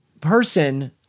person